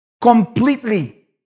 completely